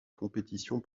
compétitions